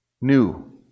new